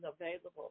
available